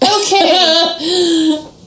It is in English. Okay